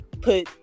put